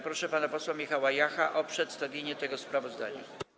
Proszę pana posła Michała Jacha o przedstawienie tego sprawozdania.